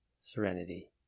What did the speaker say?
serenity